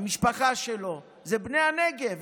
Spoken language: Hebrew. המשפחה שלו זה בני הנגב,